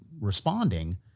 responding